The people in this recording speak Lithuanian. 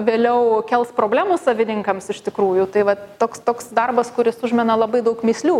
vėliau kels problemų savininkams iš tikrųjų tai vat toks toks darbas kuris užmena labai daug mįslių